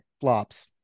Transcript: Flops